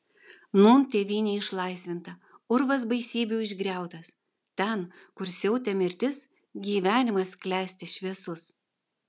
nūn tėvynė išlaisvinta urvas baisybių išgriautas ten kur siautė mirtis gyvenimas klesti šviesus